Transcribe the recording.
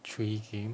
three game